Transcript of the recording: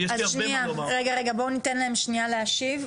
אז שניה, רגע רגע ניתן להם שניה להשיב.